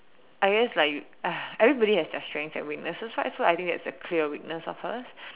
I guess like uh everybody has their strengths and weaknesses so I think that's a clear weakness of hers